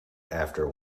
after